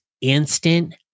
instant